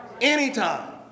Anytime